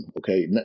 okay